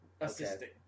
assisting